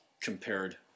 compared